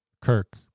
Kirk